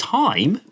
time